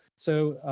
so,